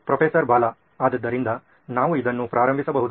professor Bala ಆದ್ದರಿಂದ ನಾವು ಇದನ್ನು ಪ್ರಾರಂಭಿಸಬಹುದು